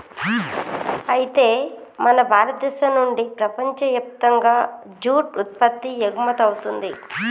అయితే మన భారతదేశం నుండి ప్రపంచయప్తంగా జూట్ ఉత్పత్తి ఎగుమతవుతుంది